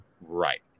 Right